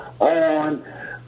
on